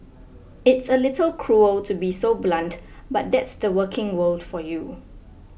it's a little cruel to be so blunt but that's the working world for you